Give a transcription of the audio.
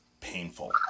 painful